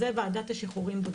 את זה ועדת שחרורים בודקת.